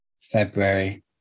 February